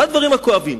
אחד הדברים הכואבים: